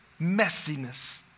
messiness